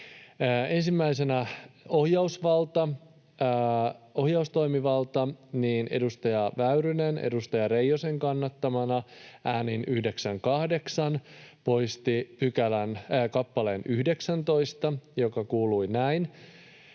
Ensimmäisenä ohjaustoimivalta: Edustaja Väyrynen edustaja Reijosen kannattamana äänin 9—8 poisti kappaleen 19, joka kuului näin: